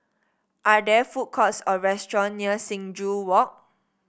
are there food courts or restaurant near Sing Joo Walk